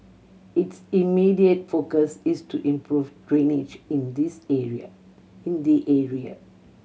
its immediate focus is to improve drainage in this area in the area